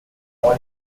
royal